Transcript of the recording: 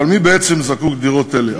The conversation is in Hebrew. אבל מי בעצם זקוק לדירות האלה?